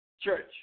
church